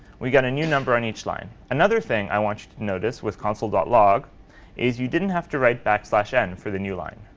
we get a new number in each line. another thing i want you to notice with console log is you didn't have to write backslash n for the new line.